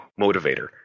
motivator